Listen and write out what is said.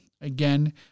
again